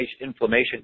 inflammation